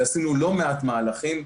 ועשינו לא מעט מהלכים,